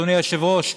אדוני היושב-ראש,